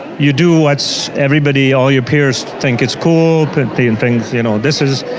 you do what's everybody, all your peers, think is cool, plenty and things, you know, this is,